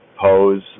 pose